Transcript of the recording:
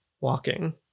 walking